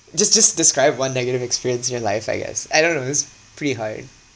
just just describe one negative experience in your life I guess I don't know this pretty hard